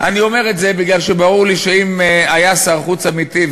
אני אומר את זה כי ברור לי שאם היה שר חוץ אמיתי,